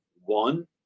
one